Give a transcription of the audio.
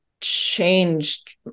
changed